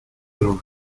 los